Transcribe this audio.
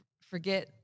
Forget